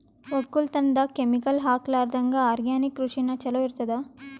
ಒಕ್ಕಲತನದಾಗ ಕೆಮಿಕಲ್ ಹಾಕಲಾರದಂಗ ಆರ್ಗ್ಯಾನಿಕ್ ಕೃಷಿನ ಚಲೋ ಇರತದ